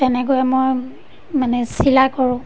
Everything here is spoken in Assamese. তেনেকৈয়ে মই মানে চিলাই কৰোঁ